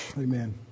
Amen